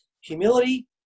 humility